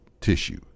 tissue